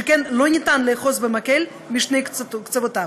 שכן לא ניתן לאחוז את המקל בשני קצותיו.